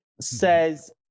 says